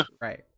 Right